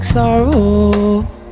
sorrow